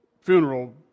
funeral